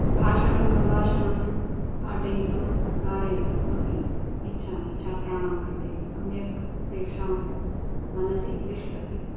भाषणं सम्भाषणं पाठयितुं कारयितुम् अपि इच्छामि छात्राणां कृते सम्यक् तेषां मनसि तिष्ठति